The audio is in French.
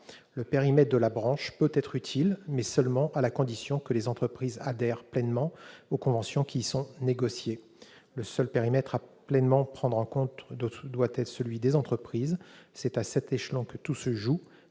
Le périmètre de la branche peut être utile, mais uniquement à la condition que les entreprises adhèrent pleinement aux conventions qui y sont négociées. Le seul périmètre à prendre en compte doit être celui des entreprises. C'est à cet échelon que tout se joue.